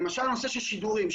למשל נושא של שידורים.